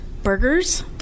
Burgers